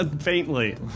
Faintly